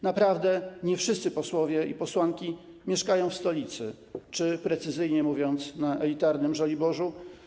Naprawdę nie wszyscy posłowie i posłanki mieszkają w stolicy czy, precyzyjnie mówiąc, na elitarnym Żoliborzu.